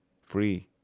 free